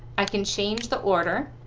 i can change the order,